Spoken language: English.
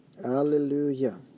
Hallelujah